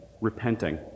repenting